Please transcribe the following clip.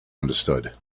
understood